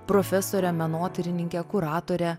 profesorė menotyrininkė kuratorė